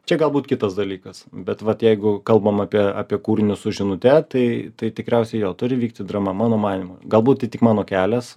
čia galbūt kitas dalykas bet vat jeigu kalbam apie apie kūrinius su žinute tai tai tikriausiai jo turi vykti drama mano manymu galbūt tai tik mano kelias